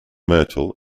myrtle